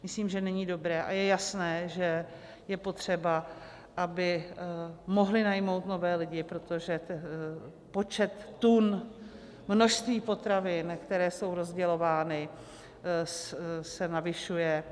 Myslím, že není dobré, a je jasné, že je potřeba, aby mohly najmout nové lidi, protože počet tun, množství potravin, které jsou rozdělovány, se navyšuje.